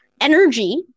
energy